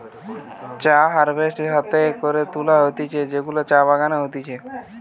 চা হারভেস্ট হাতে করে তুলা হতিছে যেগুলা চা বাগানে হতিছে